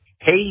Hey